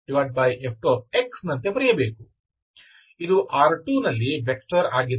ಇದು R2 ನಲ್ಲಿ vector ಆಗಿದೆ